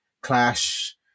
Clash